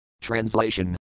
Translation